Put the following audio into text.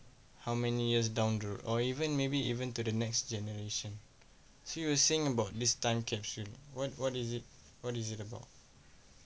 how many years down or even maybe even to the next generation few will sing about this time capsule what is it what is it about